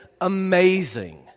amazing